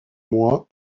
mois